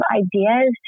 ideas